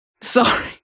Sorry